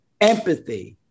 empathy